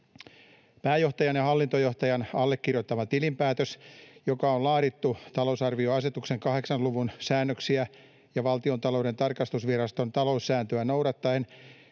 Pääjohtajan ja hallintojohtajan allekirjoittama tilinpäätös, joka on laadittu talousarvioasetuksen 8 luvun säännöksiä ja Valtiontalouden tarkastusviraston taloussääntöä noudattaen,